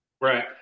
Right